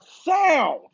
sound